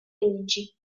luigi